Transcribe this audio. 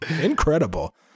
incredible